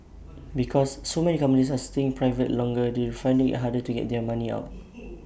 because so many companies are staying private longer they're finding IT harder to get their money out